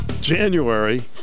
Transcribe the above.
January